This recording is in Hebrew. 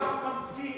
אתה סתם ממציא.